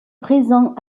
présent